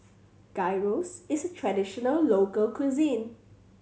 gyros is a traditional local cuisine